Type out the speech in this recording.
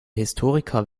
historiker